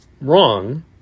wrong